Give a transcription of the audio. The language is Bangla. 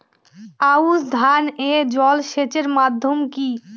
আউশ ধান এ জলসেচের মাধ্যম কি?